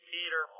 Peter